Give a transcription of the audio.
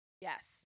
Yes